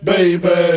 Baby